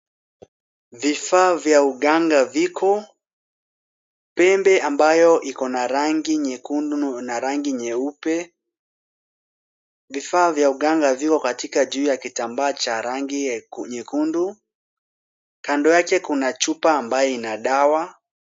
Vifaa vya uganga viko. Pembe ambayo iko na rangi nyekundu na rangi nyeupe. Vifaa vya uganga viko katika juu ya vitambaa cha rangi ye nyekundu. Kando yake kuna chupa ambayo ina dawa.